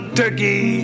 turkey